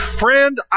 Friend